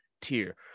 tier